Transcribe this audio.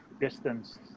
distance